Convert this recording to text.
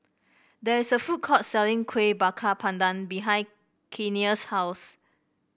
there is a food court selling Kuih Bakar Pandan behind Kenia's house